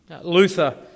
Luther